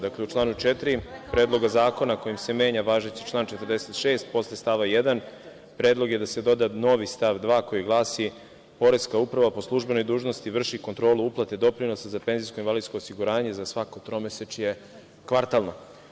Dakle, u članu 4. Predloga zakona kojim se menja važeći član 46. posle stava 1. predlog je da se doda novi stav 2. koji glasi: „Poreska uprava po službenoj dužnosti vrši kontrolu uplate doprinosa za penzijsko i invalidsko osiguranje za svako tromesečje (kvartalno)